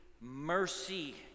Mercy